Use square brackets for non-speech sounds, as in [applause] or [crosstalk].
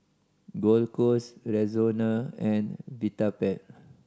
Gold [unintelligible] Rexona and Vitapet